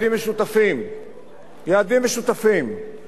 אבל בהדרגתיות,